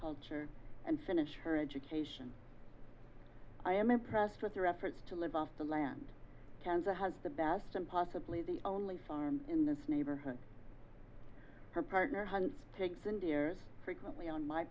culture and finish her education i am impressed with their efforts to live off the land kansa has the best and possibly the only farm in this neighborhood her partner hunts takes in dear frequently on my